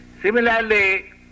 Similarly